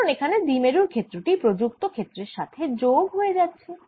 কারণ এখানে দ্বিমেরুর ক্ষেত্র টি প্রযুক্ত ক্ষেত্রের সাথে যোগ হয়ে যাচ্ছে